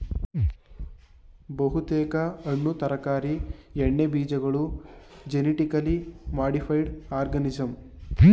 ಬಹುತೇಕ ಹಣ್ಣು ತರಕಾರಿ ಎಣ್ಣೆಬೀಜಗಳು ಜೆನಿಟಿಕಲಿ ಮಾಡಿಫೈಡ್ ಆರ್ಗನಿಸಂ